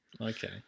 Okay